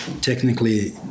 Technically